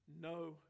no